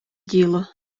діло